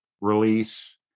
release